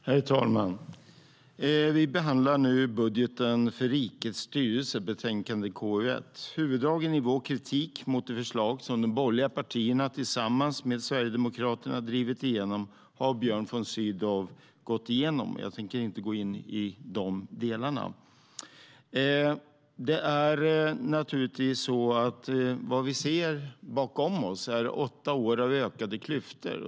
Herr talman! Vi behandlar nu budgeten för rikets styrelse, betänkande KU1. Huvuddragen i vår kritik mot det förslag som de borgerliga partierna tillsammans med Sverigedemokraterna drivit igenom har Björn von Sydow gått igenom, och jag tänker inte gå in på det. Vad vi ser bakom oss är åtta år av ökade klyftor.